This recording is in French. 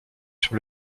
sur